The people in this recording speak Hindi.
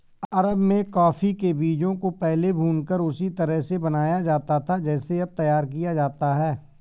अरब में कॉफी के बीजों को पहले भूनकर उसी तरह से बनाया जाता था जैसे अब तैयार किया जाता है